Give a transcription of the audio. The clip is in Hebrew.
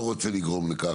לא רוצה לגרום לכך,